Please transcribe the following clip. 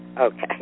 Okay